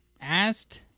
asked